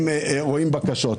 רואים בקשות.